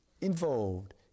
involved